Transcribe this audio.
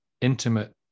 intimate